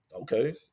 Okay